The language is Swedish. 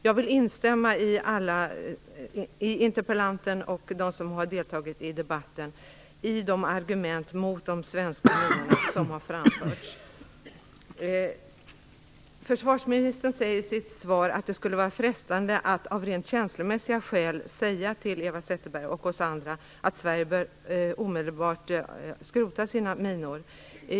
Jag vill instämma i alla de argument mot de svenska minorna som har framförts av interpellanten och de övriga som deltagit i debatten. Försvarsministern säger i sitt svar att det skulle vara frestande att av rent känslomässiga skäl säga till Eva Zetterberg och oss andra att Sverige omedelbart bör skrota sina minor.